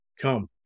come